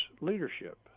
leadership